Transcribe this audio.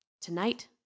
Tonight